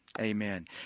Amen